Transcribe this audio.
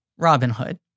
Robinhood